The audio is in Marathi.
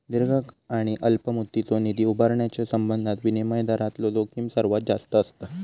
दीर्घ आणि अल्प मुदतीचो निधी उभारण्याच्यो संबंधात विनिमय दरातला जोखीम सर्वात जास्त असता